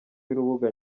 y’urubuga